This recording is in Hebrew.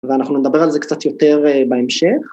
ואנחנו נדבר על זה קצת יותר בהמשך.